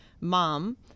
mom